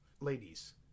ladies